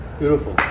beautiful